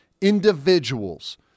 individuals